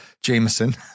Jameson